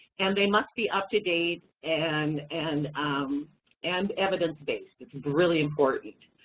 and they must be up to date and and and evidence-based, it's really important.